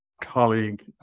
colleague